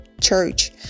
church